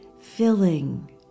filling